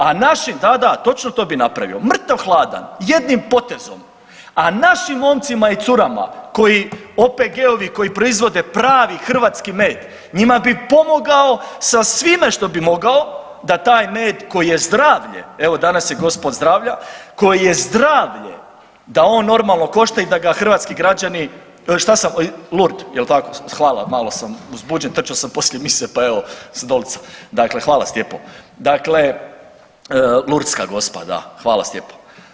A naši, da, da, točno to bi napravio, mrtav-hladan, jednim potezom, a našim momcima i curama koji OPG-ovi koji proizvode pravi hrvatski med, njima bi pomogao sa svime što bi mogao da taj med koji je zdravlje, evo, danas je Gospa od zdravlja, koji je zdravlje, da on normalno košta i da ga hrvatski građani, šta sam, Lurd, je li tako, hvala, malo sam, trčao sam poslije mise pa evo, s Dolca, dakle hvala Stjepo, dakle, Lurdska Gospa, da, hvala Stjepo.